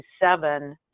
seven